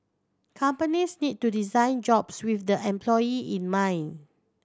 companies need to design jobs with the employee in mind